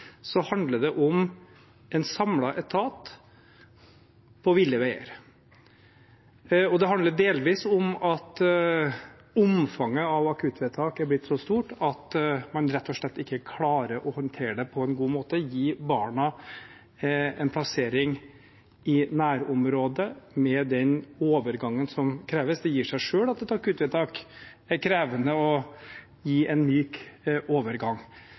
så krass kritikk fra Riksrevisjonen. Når Riksrevisjonen sier at dette er et brudd på prinsippet om barnets beste, handler det om en samlet etat på ville veier. Det handler delvis om at omfanget av akuttvedtak er blitt så stort at man rett og slett ikke klarer å håndtere det på en god måte og gi barna en plassering i nærområdet med den myke overgangen som kreves. Det gir seg selv at